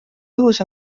õhus